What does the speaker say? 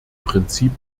prinzip